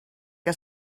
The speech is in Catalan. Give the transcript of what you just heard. que